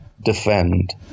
defend